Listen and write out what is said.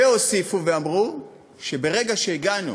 והוסיפו ואמרו שברגע שהגענו